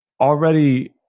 already